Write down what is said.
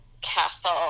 castle